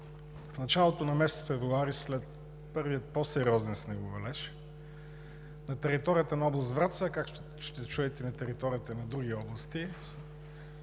в началото на месец февруари след първия по-сериозен снеговалеж на територията на област Враца, както ще чуете и на територията на други области,